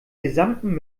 gesamten